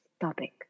topic